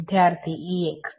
വിദ്യാർത്ഥി E x